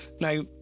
Now